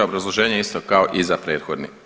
Obrazloženje je isto kao i za prethodni.